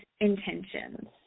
intentions